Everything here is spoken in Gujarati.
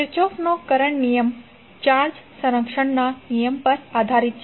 કિર્ચોફનો કરંટ નિયમ ચાર્જ સંરક્ષણના નિયમ પર આધારિત છે